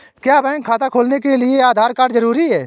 क्या बैंक खाता खोलने के लिए आधार कार्ड जरूरी है?